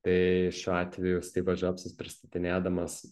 tai šiuo atveju styvas džobsas pristatinėdamas